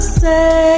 say